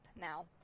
now